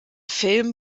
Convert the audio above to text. film